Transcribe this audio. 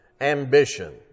ambition